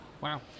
Wow